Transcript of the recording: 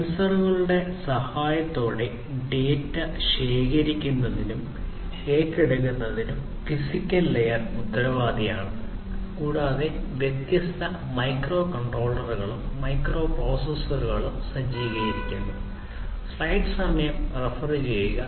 സെൻസറുകളുടെ സഹായത്തോടെ ഡാറ്റ ശേഖരിക്കുന്നതിനും ഏറ്റെടുക്കുന്നതിനും ഫിസിക്കൽ ലെയർ ഉത്തരവാദിയാണ് കൂടാതെ വ്യത്യസ്ത മൈക്രോകൺട്രോളറുകളും മൈക്രോപ്രൊസസ്സറുകളും സജ്ജീകരിച്ചിരിക്കുന്നു